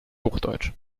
hochdeutsch